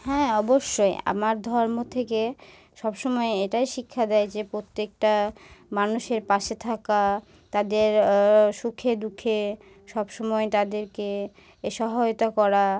হ্যাঁ অবশ্যই আমার ধর্ম থেকে সবসময় এটাই শিক্ষা দেয় যে প্রত্যেকটা মানুষের পাশে থাকা তাদের সুখে দুঃখে সবসময় তাদেরকে এ সহায়তা করা